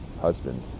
husband